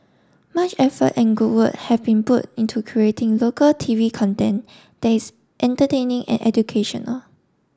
much effort and good work have been put into creating local T V content that's entertaining and educational